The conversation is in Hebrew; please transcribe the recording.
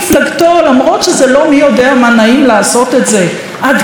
למרות שזה לא מי יודע מה נעים לעשות את זה: עד כאן.